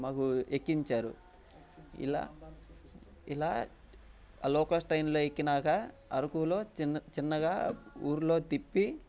మాకు ఎక్కించారు ఇలా ఇలా లోకల్ ట్రైన్లో ఎక్కినాక అరకులో చిన్న చిన్నగా ఊర్లో తిప్పి